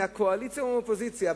מהקואליציה ומהאופוזיציה,